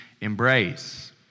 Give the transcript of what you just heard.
embrace